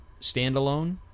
standalone